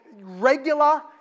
regular